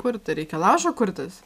kur reikia laužą kurtis